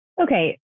Okay